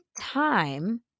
time